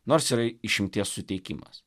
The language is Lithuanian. nors yra išimties suteikimas